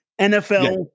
NFL